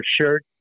shirt